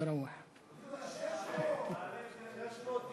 מדברים על ה-600.